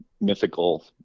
mythical